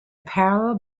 parallel